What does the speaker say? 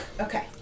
Okay